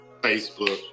Facebook